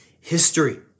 history